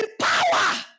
power